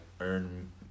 earn